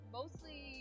mostly